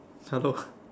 hello